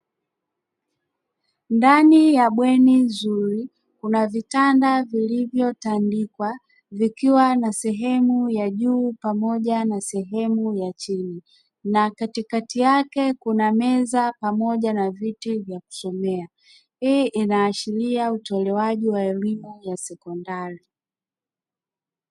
Ndani ya bweni zuri kuna vitanda vilivyotandikwa vikiwa na sehemu ya juu pamoja na sehemu ya chini na katikati yake kuna meza pamoja na viti vya kusomea. Hii inaashiria utolewaji wa elimu ya sekondari.